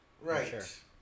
Right